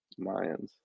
Mayans